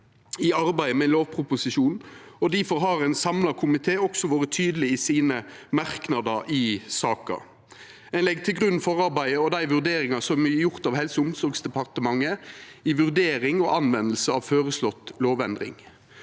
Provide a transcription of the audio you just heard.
i arbeidet med lovproposisjonen, og difor har ein samla komité også vore tydeleg i merknadene i saka. Eg legg til grunn forarbeidet og dei vurderingane som er gjorde av Helse- og omsorgsdepartementet i vurdering og bruk av føreslått lovendring.